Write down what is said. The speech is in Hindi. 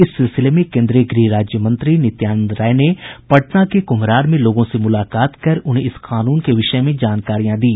इस सिलसिले में केन्द्रीय गृह राज्य मंत्री नित्यानंद राय ने पटना के कुम्हरार में लोगों से मुलाकात कर उन्हें इस कानून के विषय में जानकारियां दी